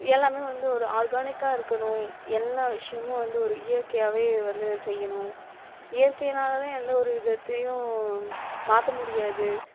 எல்லாமே வந்து ஒரு ஆர்கானிக்காக இருக்கணும் எல்லா விஷயமும் வந்து ஒரு இயற்கையாகவே வந்து செய்யணும் இயற்கையினால்தான் எந்த ஒரு விதத்தையும் மாற்ற முடியாது